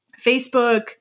Facebook